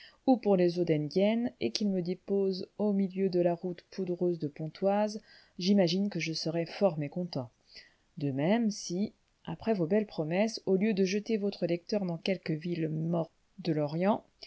ou pour les eaux d'enghien et qu'il me dépose au milieu de la route poudreuse de pontoise j'imagine que je serai fort mécontent de même si après vos belles promesses au lieu de jeter votre lecteur dans quelque ville morte de l'orient